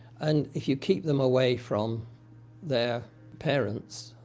and if you keep them away from their parents,